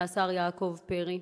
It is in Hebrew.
והשר יעקב פרי.